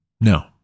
no